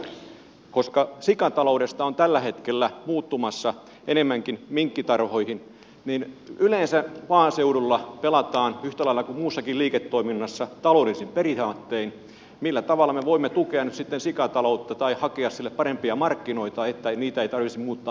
kysyisin vielä koska sikatalous on tällä hetkellä muuttumassa enemmänkin minkkitarhoiksi ja yleensä maaseudulla pelataan yhtä lailla kuin muussakin liiketoiminnassa taloudellisin periaattein millä tavalla me voimme tukea nyt sitten sikataloutta tai hakea sille parempia markkinoita että sitä ei tarvitsisi muuttaa minkkitarhoiksi